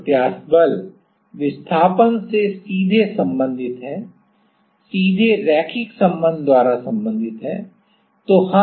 तो प्रत्यास्थ बल विस्थापन से सीधे संबंधित है सीधे रैखिक संबंध द्वारा संबंधित है